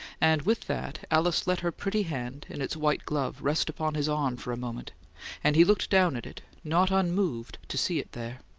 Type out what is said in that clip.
and with that, alice let her pretty hand, in its white glove, rest upon his arm for a moment and he looked down at it, not unmoved to see it there.